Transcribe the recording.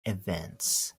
events